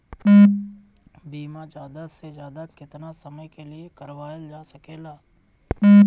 बीमा ज्यादा से ज्यादा केतना समय के लिए करवायल जा सकेला?